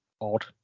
odd